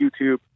YouTube